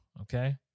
okay